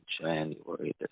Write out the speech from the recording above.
January